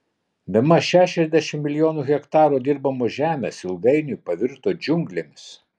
bemaž šešiasdešimt milijonų hektarų dirbamos žemės ilgainiui pavirto džiunglėmis